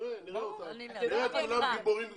נראה את כולם גיבורים גדולים.